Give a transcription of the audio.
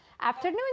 afternoon